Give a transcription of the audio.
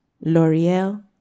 L'Oreal